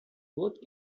both